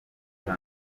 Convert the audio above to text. cya